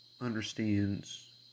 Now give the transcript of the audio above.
understands